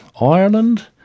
Ireland